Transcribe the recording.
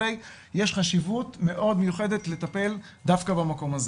יש חשיבות מאוד מיוחדת לטפל דווקא במקום הזה.